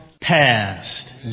past